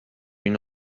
une